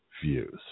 views